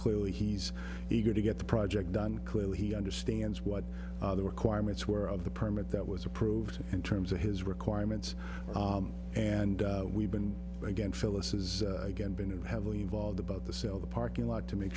clearly he's eager to get the project done clearly he understands what are the requirements were of the permit that was approved in terms of his requirements and we've been again phyllis's again been of heavily involved about the cell the parking lot to make